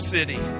City